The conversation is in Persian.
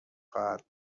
خواهد